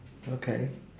okay